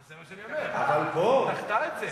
אז זה מה שאני אומר: דחתה את זה.